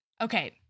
Okay